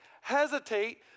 hesitate